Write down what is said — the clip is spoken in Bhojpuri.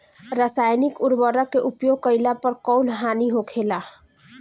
रसायनिक उर्वरक के उपयोग कइला पर कउन हानि होखेला?